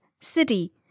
City